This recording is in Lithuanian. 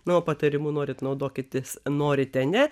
nuo patarimų norite naudokitės norite ne